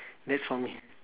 that's for me